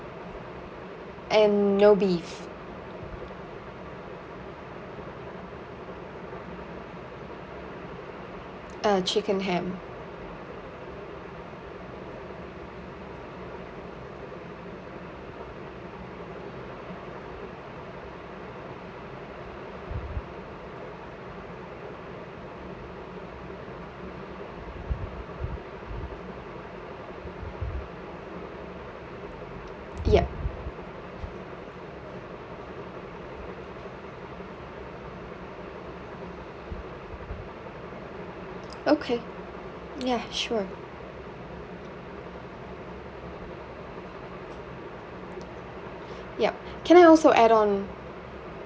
and no beef uh chicken ham yup okay ya sure yup can I also add on